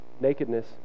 nakedness